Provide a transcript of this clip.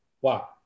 wow